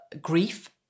grief